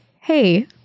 hey